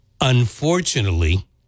Unfortunately